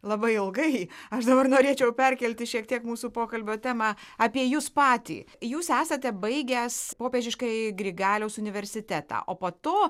labai ilgai aš dabar norėčiau perkelti šiek tiek mūsų pokalbio temą apie jus patį jūs esate baigęs popiežiškąjį grigaliaus universitetą o po to